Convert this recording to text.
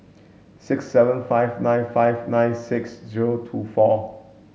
six seven five nine five nine six zero two four